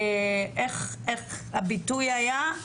איך הביטוי היה?